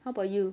how about you